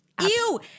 Ew